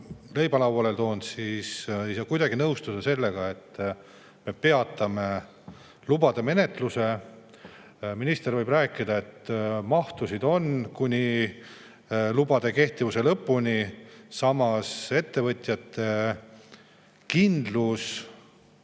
leiba lauale toonud, ei saa kuidagi nõustuda sellega, et me peatame lubade menetlemise. Minister võib rääkida, et mahtusid on kuni lubade kehtivuse lõpuni, aga ettevõtjate kindlus